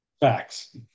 Facts